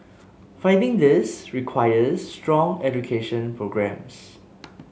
fighting this requires strong education programmes